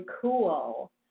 cool